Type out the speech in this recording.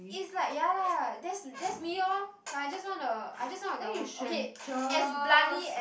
is like ya lah that's that's me orh like I just want the I just want the government